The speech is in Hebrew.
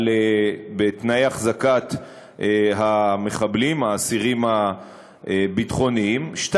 בתנאי החזקת המחבלים, האסירים הביטחוניים, ב.